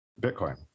Bitcoin